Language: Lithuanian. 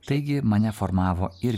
taigi mane formavo ir